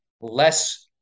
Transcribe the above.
less